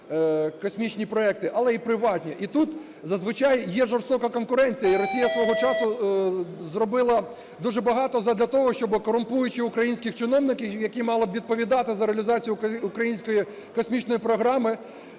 космічні проекти, але і приватні. І тут зазвичай є жорстока конкуренція, і Росія свого часу зробила дуже багато задля того, щоб корумповані українські чиновники, які мали б відповідати за реалізацію української космічної програми,